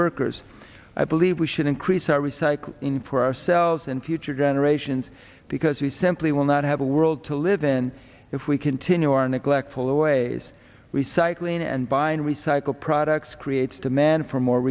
workers i believe we should increase our recycle in for ourselves and future generations because we simply will not have a world to live in if we continue our neglectful always recycling and buying recycle products creates demand for